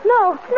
No